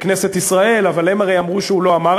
בכנסת ישראל, אבל הם הרי אמרו שהוא לא אמר.